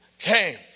came